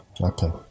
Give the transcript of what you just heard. Okay